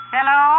Hello